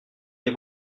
les